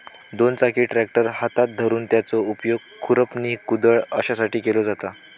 दोन चाकी ट्रॅक्टर हातात धरून त्याचो उपयोग खुरपणी, कुदळ अश्यासाठी केलो जाता